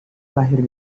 lahir